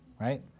right